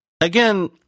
Again